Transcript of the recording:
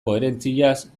koherentziaz